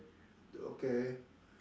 okay